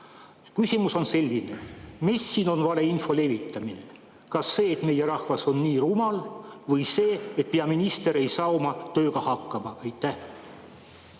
Küsimus on selline: mis siin on valeinfo levitamine? Kas see, et meie rahvas on nii rumal, või see, et peaminister ei saa oma tööga hakkama? Aitäh!